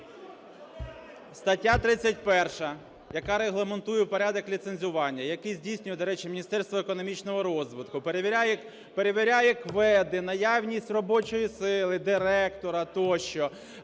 Стаття 31, яка регламентує порядок ліцензування, яке здійснює, до речі, Міністерство економічного розвитку, перевіряє КВЕДи, наявність робочої сили, директора тощо,